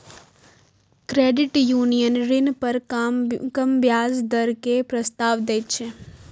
credit union ऋण पर कम ब्याज दर के प्रस्ताव दै छै